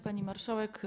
Pani Marszałek!